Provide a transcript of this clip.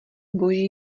boží